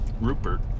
Rupert